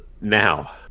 Now